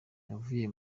yavuye